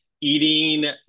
eating